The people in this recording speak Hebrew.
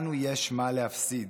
לנו יש מה להפסיד.